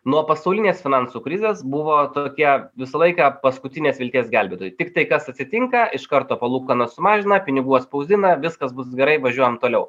nuo pasaulinės finansų krizės buvo tokie visą laiką paskutinės vilties gelbėtojai tiktai kas atsitinka iš karto palūkanas sumažina pinigų atspausdina viskas bus gerai važiuojam toliau